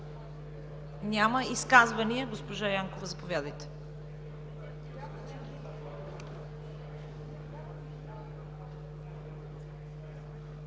Няма. Изказвания? Госпожа Янкова, заповядайте.